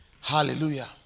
Hallelujah